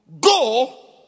Go